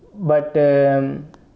but um